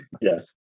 Yes